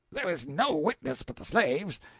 there was no witness but the slaves.